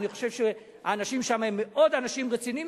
אני חושב שהאנשים שם הם אנשים מאוד רציניים,